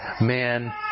man